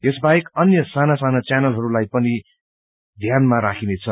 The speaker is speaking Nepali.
यसबाहेक अन्य सासना साना चैनलहरू लाइ पनि ध्यानमा राखिनेछ